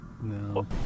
No